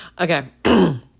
Okay